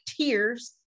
tears